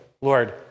Lord